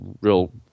real